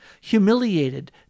humiliated